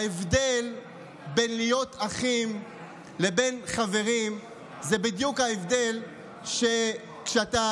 ההבדל בין להיות אחים לבין חברים זה בדיוק ההבדל שכשאתה